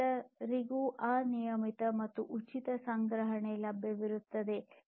ಎಲ್ಲರಿಗೂ ಅನಿಯಮಿತ ಮತ್ತು ಉಚಿತ ಸಂಗ್ರಹಣೆ ಲಭ್ಯವಿರುತ್ತದೆ